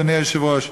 אדוני היושב-ראש,